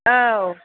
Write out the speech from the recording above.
औ